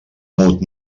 mut